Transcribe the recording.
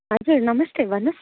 हजुर नमस्ते भन्नुहोस्